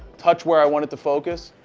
touch where i want to focus,